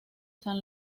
san